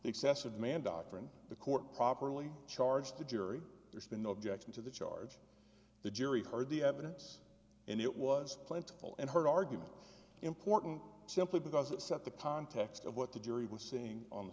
excess of man doctrine the court properly charged the jury there's been no objection to the charge the jury heard the evidence and it was plentiful and heard argument important simply because it set the context of what the jury was saying on the